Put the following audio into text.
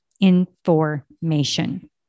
information